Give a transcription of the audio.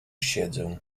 siedzę